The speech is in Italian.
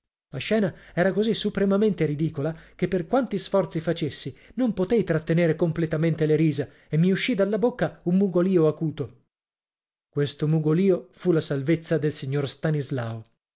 la scena era così supremamente ridicola che per quanti sforzi facessi non potei trattenere completamente le risa e mi usci dalla bocca un mugolìo acuto questo mugolìo fu la salvezza del signor stanislao